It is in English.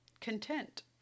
content